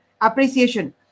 appreciation